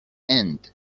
end